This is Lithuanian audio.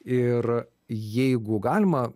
ir jeigu galima